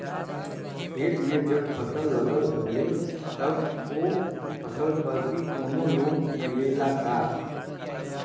खेत में जब फसल लगल होले तब ओ फसल पर भी कौनो लोन मिलेला का?